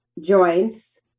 joints